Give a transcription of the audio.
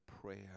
prayer